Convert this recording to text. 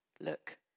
Look